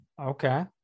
Okay